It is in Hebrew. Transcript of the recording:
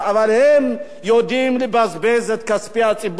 אבל הם יודעים לבזבז את כספי הציבור,